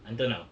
until now